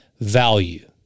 value